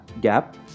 gap